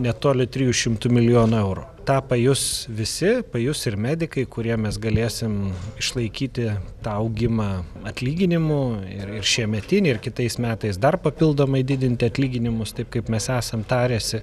netoli trijų šimtų milijonų eurų tą pajus visi pajus ir medikai kuriem mes galėsim išlaikyti tą augimą atlyginimų ir ir šiemetinį ir kitais metais dar papildomai didinti atlyginimus taip kaip mes esam taręsi